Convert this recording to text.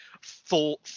full